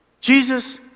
Jesus